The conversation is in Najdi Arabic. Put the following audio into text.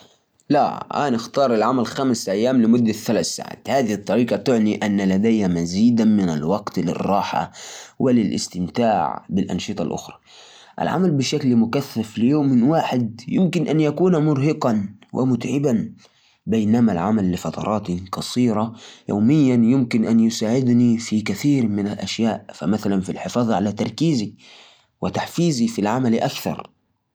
أنا بصراحة أفضل أشتغل خمسة أيام في الأسبوع لمدة ثلاث ساعات. ليش؟ لأنه أحسن لأنو أحسن أقسم وقتي وأخفض الضغط. خمستاش ساعة في يوم واحد مرة كثير. وممكن أتعب وما أقدر أركز زين. لكن لو أشتغل شوي شوي كل يوم أكون مرتاح وأقدر أنجز أكثر على المدى الطويل.